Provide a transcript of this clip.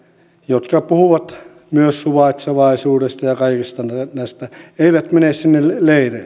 jotka puhuvat myös suvaitsevaisuudesta ja ja kaikista näistä eivät mene sinne leireille